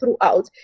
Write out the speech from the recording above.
throughout